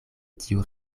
tiu